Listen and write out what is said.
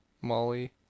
Molly